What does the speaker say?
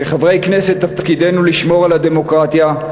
כחברי כנסת תפקידנו לשמור על הדמוקרטיה,